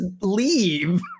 leave